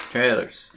Trailers